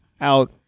out